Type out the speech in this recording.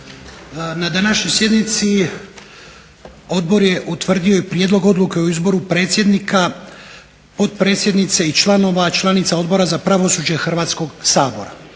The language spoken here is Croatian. Na današnjoj sjednici Odbor je utvrdio i Prijedlog odluke o izboru predsjednika, potpredsjednice i članova, članica Odbora za pravosuđe Hrvatskog sabora.